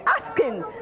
asking